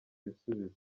ibisubizo